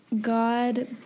God